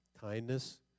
kindness